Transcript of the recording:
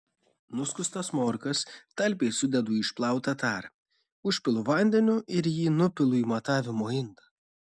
nuskustas morkas talpiai sudedu į išplautą tarą užpilu vandeniu ir jį nupilu į matavimo indą